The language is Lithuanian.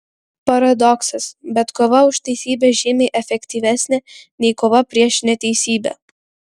paradoksas bet kova už teisybę žymiai efektyvesnė nei kova prieš neteisybę